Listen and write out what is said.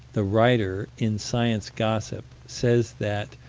the writer, in science gossip, says that,